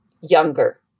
younger